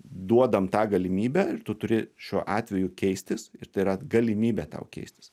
duodam tą galimybę ir tu turi šiuo atveju keistis ir tai yra galimybė tau keistis